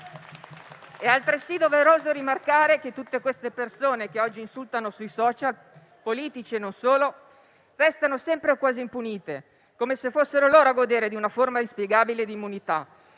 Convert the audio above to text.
È altresì doveroso rimarcare che tutte queste persone che oggi insultano sui *social* politici e non solo restano sempre - o quasi - impunite, come se fossero loro a godere di una forma inspiegabile di immunità.